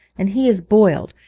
and he is boiled,